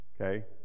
okay